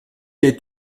est